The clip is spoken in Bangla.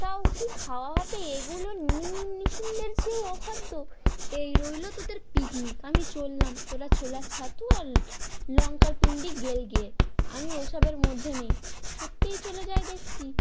তাও কি খাওয়া হবে এগুলো নিম নিসিন্দের চেয়েও অখাদ্য এই রইল তোদের পিকনিক আমি চললাম তোরা ছোলার ছাতু আর ল্ লঙ্কার পিণ্ডি গেল গিয়ে আমি ওসবের মধ্যে নেই সত্যি চলে যায় দেখছি